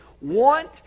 want